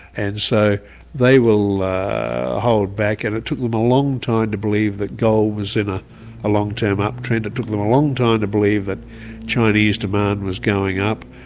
and so they will hold back, and it took them a long time to believe that gold was in a a long-term uptrend, it took them a long time to believe that chinese demand was going up.